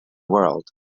world